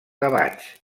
gavatx